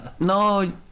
no